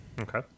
Okay